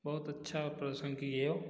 बहुत अच्छा प्रदर्शन की है वो